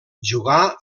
jugà